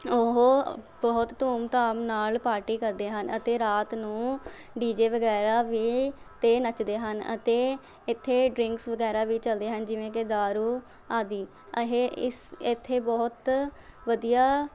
ਉਹ ਬਹੁਤ ਧੂਮ ਧਾਮ ਨਾਲ ਪਾਰਟੀ ਕਰਦੇ ਹਨ ਅਤੇ ਰਾਤ ਨੂੰ ਡੀ ਜੇ ਵਗੈਰਾ ਵੀ 'ਤੇ ਨੱਚਦੇ ਹਨ ਅਤੇ ਇੱਥੇ ਡਰਿੰਕਸ ਵਗੈਰਾ ਵੀ ਚੱਲਦੇ ਹਨ ਜਿਵੇਂ ਕਿ ਦਾਰੂ ਆਦਿ ਇਹ ਇਸ ਇੱਥੇ ਬਹੁਤ ਵਧੀਆ